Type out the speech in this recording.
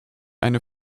eine